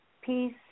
Peace